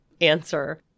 answer